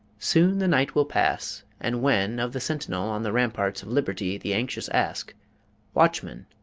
soon the night will pass and when, of the sentinel on the ramparts of liberty the anxious ask watchman,